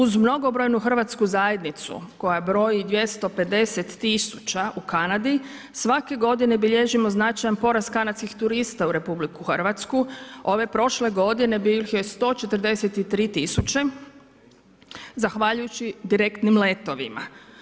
Uz mnogobojnu hrvatsku zajednicu koja broji 250 000 u Kanadi, svake godine bilježimo značajan porast kanadskih turista u RH, ove prošle godine bilo je 143 000 zahvaljujući direktnim letovima.